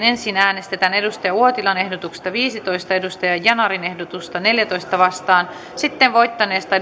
ensin äänestetään ehdotuksesta viisitoista ehdotusta neljääntoista vastaan sitten voittaneesta